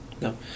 no